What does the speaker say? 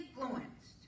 influenced